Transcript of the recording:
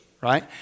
right